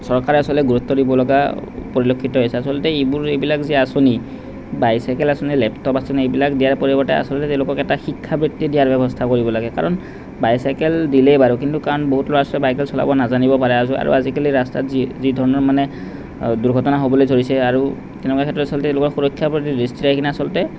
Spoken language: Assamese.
চৰকাৰে আচলতে গুৰুত্ব দিব লগা পৰিলক্ষিত হৈছে আচলতে ইবোৰ এইবিলাক যে আঁচনি বাইচাইকেল আঁচনি লেপটপ আঁচনি এইবিলাক দিয়াৰ পৰিৱৰ্তে আচলতে তেওঁলোকক এটা শিক্ষা বৃত্তি দিয়াৰ ব্যৱস্থা কৰিব লাগে কাৰণ বাইচাইকেল দিলেই বাৰু কিন্তু কাৰণ বহুত ল'ৰা ছোৱালী বাইচাইকেল চলাব নাজানিব পাৰে আৰু আৰু আজিকালি ৰাস্তাত যি যি ধৰণৰ মানে দূৰ্ঘটনা হ'বলৈ ধৰিছে আৰু তেনেকুৱা ক্ষেত্ৰত আচলতে এনেকুৱা সুৰক্ষাৰ প্ৰতি দৃষ্টি ৰাখি আচলতে